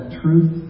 truth